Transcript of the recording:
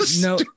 No